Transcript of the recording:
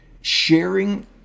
sharing